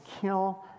kill